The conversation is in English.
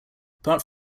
apart